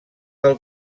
del